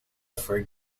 for